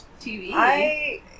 TV